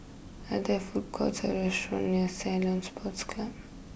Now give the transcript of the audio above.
are there food courts or restaurants near Ceylon Sports Club